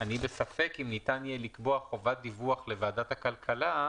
אני בספק אם ניתן יהיה לקבוע חובת דיווח לוועדת הכלכלה,